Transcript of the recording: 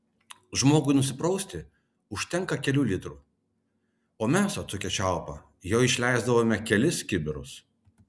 žmogui nusiprausti užtenka kelių litrų o mes atsukę čiaupą jo išleisdavome kelis kibirus